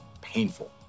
painful